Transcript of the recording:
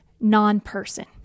non-person